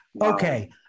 Okay